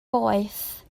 boeth